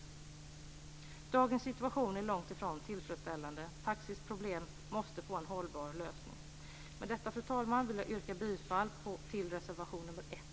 Dagens situation är långt ifrån tillfredsställande. Taxis problem måste få en hållbar lösning. Fru talman! Med det anförda vill jag yrka bifall till reservation nr 1.